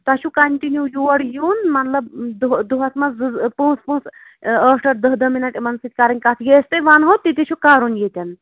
تۄہہِ چھُو کَنٹِنیو یور یُن مطلب دۄہَس منٛز زٕ زٕ پانٛژھ پانژٛھ ٲٹھ ٲٹھ دہ دہ مِنٹ یِمن سۭتۍ کَرٕنۍ کَتھ یہِ أسۍ تۄہہِ وَنہوو تہِ تہِ چھُ کَرُن ییٚتین